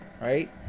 Right